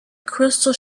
crystal